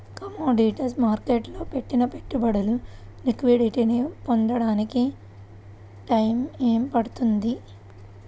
commodities మార్కెట్టులో పెట్టిన పెట్టుబడులు లిక్విడిటీని పొందడానికి టైయ్యం పడుతుంది